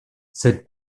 cette